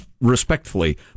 respectfully